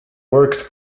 worked